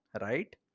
right